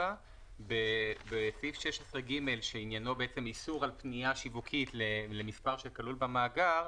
בסעיף 16ג שעניינו איסור על פנייה שיווקית למספר שכלול במאגר,